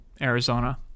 arizona